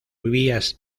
vías